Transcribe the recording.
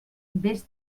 vés